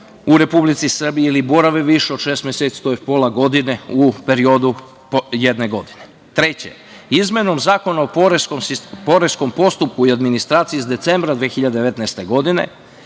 u Republici Srbiji ili borave više od šest meseci, tj. pola godine u periodu jedne godine. Treće, izmenom Zakona o poreskom postupku i administraciji iz decembra 2019. godine